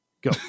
Go